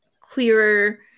clearer